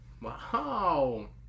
Wow